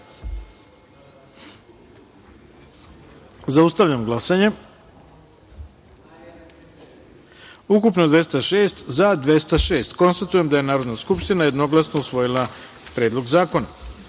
taster. Zaustavljam glasanje: ukupno 206, za – 206.Konstatujem da je Narodna skupština jednoglasno usvojila Predlog zakona. Peta